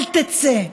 אל תצא.